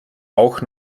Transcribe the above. auch